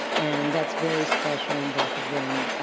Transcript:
and that's very special and both of them,